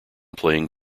playing